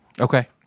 Okay